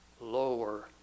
lower